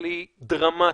כלכלי דרמטי,